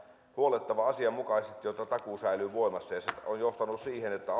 huollettava asianmukaisesti jotta takuu säilyy voimassa ja se on johtanut siihen että